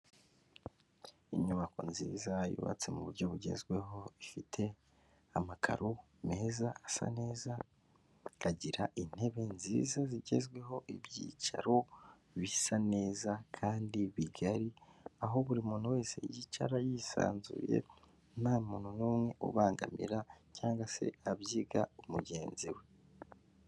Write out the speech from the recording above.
Inyubako nziza yubatse mu buryo bugezweho, ifite amakaro meza asa neza ikagira intebe nziza zigezweho, ibyicaro bisa neza kandi bigari aho buri muntu wese yicara yisanzuye nta muntu numwe ubangamira cyangwa se abyiga mugenzi we.